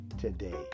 today